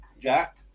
Jack